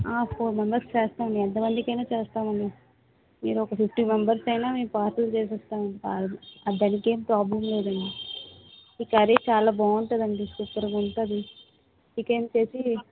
four మెంబర్స్కి చేస్తామండి ఎంతమందికైనా చేస్తామండి మీరు ఒక ఫిఫ్టీ మెంబర్స్ అయినా మేం పార్సిల్ చేసేస్తామండి దానీకేం ప్రాబ్లం లేదండి ఈ కర్రీ చాలా బాగుంటుంది అండి సూపర్గా ఉంటుంది చికెన్ చేసి